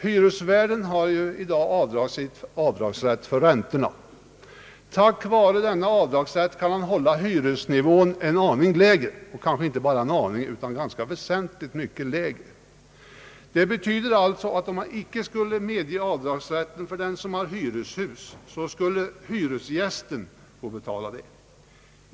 Hyresvärden har i dag avdragsrätt för räntorna. Tack vare denna avdragsrätt kan han hålla hyresnivån lägre, ofta väsentligt lägre. Om man inte medger avdragsrätt för den som har hyreshus blir det hyresgästen som får svara för kostnaderna.